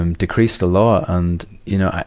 um decreased a lot. and, you know,